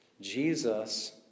Jesus